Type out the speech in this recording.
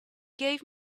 gave